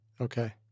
Okay